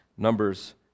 Numbers